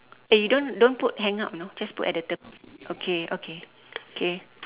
eh you don't don't put hang up you know just put at the tep~ okay okay K